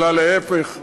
אלא להפך,